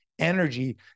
energy